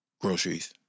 Groceries